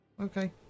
Okay